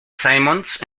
simmons